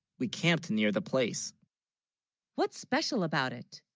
we camped, near the place what's special, about it